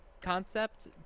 concept